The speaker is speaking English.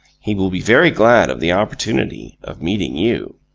he will be very glad of the opportunity of meeting you.